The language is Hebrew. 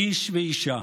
איש ואישה,